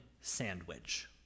sandwich